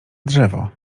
drzewo